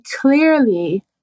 clearly